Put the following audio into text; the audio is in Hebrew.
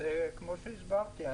כמו שהסברתי,